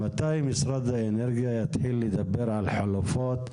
מתי משרד האנרגיה יתחיל לדבר על חלופות